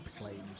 claims